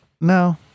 No